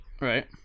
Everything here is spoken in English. Right